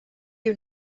you